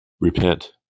repent